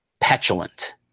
petulant